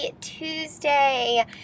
Tuesday